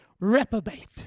reprobate